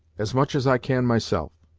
as much as i can myself.